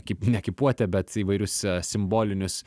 kaip ne ekipuotę bet įvairius simbolinius